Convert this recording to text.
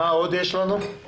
מה עוד יש לנו?